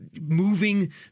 moving